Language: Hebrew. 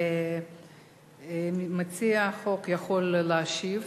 מציע החוק יכול להשיב.